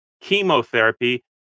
chemotherapy